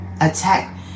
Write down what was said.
attack